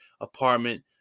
apartment